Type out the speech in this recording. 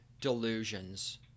delusions